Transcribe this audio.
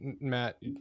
Matt